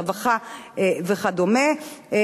רווחה וכדומה,